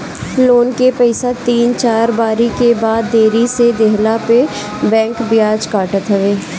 loan के पईसा तीन चार बारी के बाद देरी से देहला पअ बैंक बियाज काटत हवे